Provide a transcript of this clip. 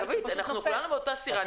כולנו באותה סירה.